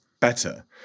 better